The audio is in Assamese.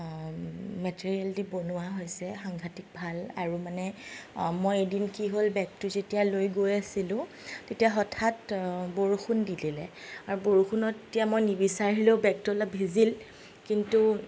মেটেৰিয়েল দি বনোৱা হৈছে সাংঘাটিক ভাল আৰু মানে মই এদিন কি হ'ল বেগটো যেতিয়া লৈ গৈ আছিলো তেতিয়া হঠাৎ বৰষুণ দি দিলে আৰু বৰষুণত এতিয়া মই নিবিছাৰিলেও বেগটো অলপ ভিজিল কিন্তু